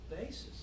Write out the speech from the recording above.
basis